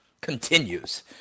continues